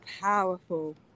powerful